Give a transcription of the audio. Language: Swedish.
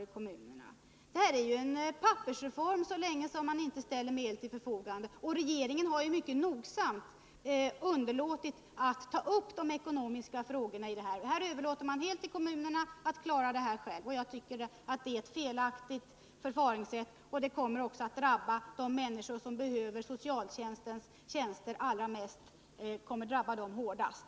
Så länge man inte ställer medel till förfogande är det här en pappersreform, och regeringen har mycket nogsamt underlåtit att ta upp de ekonomiska frågorna. Man överlåter helt åt kommunerna att klara saken själva. Jag tycker att det är ett felaktigt förfaringssätt, och följderna kommer att drabba de människor hårdast som behöver socialtjänsten allra mest.